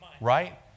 right